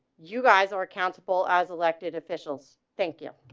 you guys are accountable as elected officials. thank you